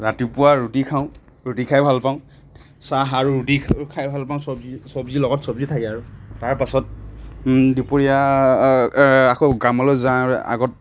ৰাতিপুৱা ৰুটি খাওঁ ৰুটি খাই ভাল পাওঁ চাহ আৰু ৰুটি খাই ভাল পাওঁ চব্জি চব্জিৰ লগত চব্জি থাকে আৰু তাৰ পাছত দুপৰীয়া আকৌ কামলৈ যোৱাৰ আগত